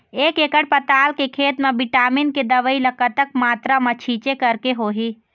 एक एकड़ पताल के खेत मा विटामिन के दवई ला कतक मात्रा मा छीचें करके होही?